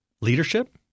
leadership